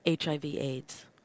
HIV-AIDS